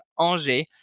Angers